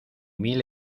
mil